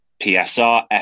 PSR